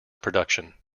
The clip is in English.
production